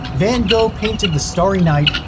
van gogh painted the starry night,